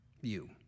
you